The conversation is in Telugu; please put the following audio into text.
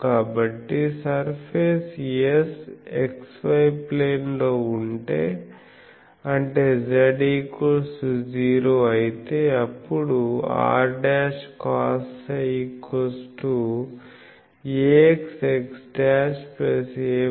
కాబట్టి సర్ఫేస్ x y ప్లేన్ లో ఉంటే అంటే z0 అయితే అప్పుడు r'cosψ axx'ayy'